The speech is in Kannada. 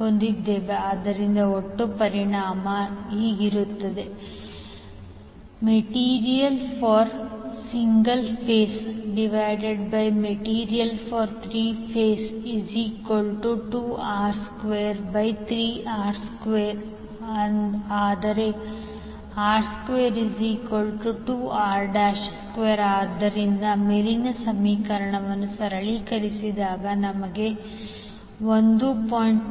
ಹೊಂದಿದ್ದೇವೆ ಆದ್ದರಿಂದ ಒಟ್ಟು ಪರಿಮಾಣ ಇರುತ್ತದೆ MaterialforsinglephaseMaterialfor3phase2πr2l3πr2l2r23r2 ಆದರೆ r22r2 ಆದ್ದರಿಂದ ಮೇಲಿನ ಸಮೀಕರಣವು 2r23r22321